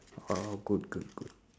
oh good good good